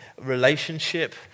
relationship